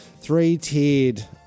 Three-tiered